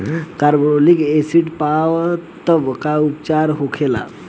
Carbolic acid पान तब का उपचार होखेला?